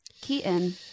Keaton